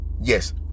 yes